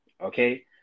Okay